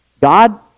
God